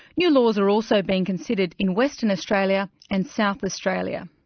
new laws are also being considered in western australia and south australia.